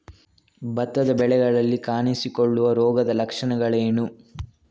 ಭತ್ತದ ಬೆಳೆಗಳಲ್ಲಿ ಕಾಣಿಸಿಕೊಳ್ಳುವ ರೋಗದ ಲಕ್ಷಣಗಳೇನು?